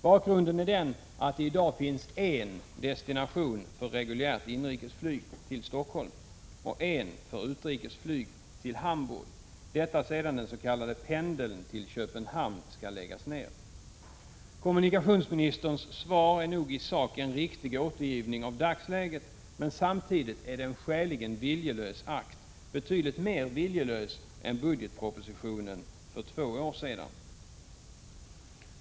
Bakgrunden är den att det i dag finns en destination för reguljärt inrikesflyg — till Stockholm, och en för utrikesflyg — till Hamburg, detta sedan beslutet om nedläggning av den s.k. pendeln till Köpenhamn. 19 Kommunikationsministerns svar är nog i sak en riktig återgivning av dagsläget. Men samtidigt är det en skäligen viljelös akt, betydligt mera viljelös än budgetpropositionen för två år sedan.